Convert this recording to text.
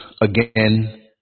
again